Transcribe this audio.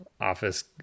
office